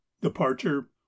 Departure